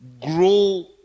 Grow